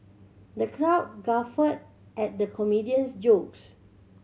the crowd guffawed at the comedian's jokes